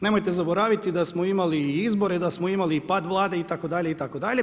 Nemojte zaboraviti da smo imali i izbore i da smo imali i pad Vlade itd. itd.